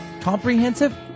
comprehensive